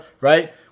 right